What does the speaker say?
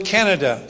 Canada